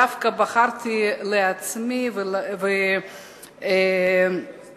דווקא בחרתי לעצמי להחזיק בתיק חזות